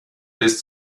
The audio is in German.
bis